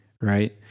right